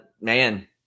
Man